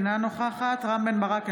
אינה נוכחת רם בן ברק,